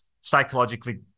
psychologically